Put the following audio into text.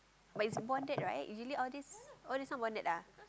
but is bonded right usually all this oh this not bonded ah